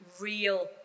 real